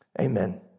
Amen